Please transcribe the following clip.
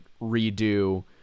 redo